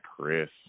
Chris